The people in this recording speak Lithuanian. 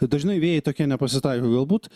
dažnai vėjai tokie nepasitaiko galbūt